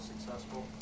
successful